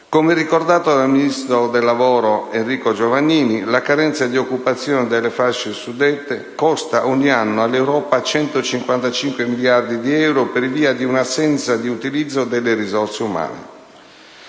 Come ricordato dal ministro del lavoro Enrico Giovannini, la carenza di occupazione delle fasce suddette costa ogni anno all'Europa 155 miliardi di euro, per via di un'assenza di utilizzo delle risorse umane.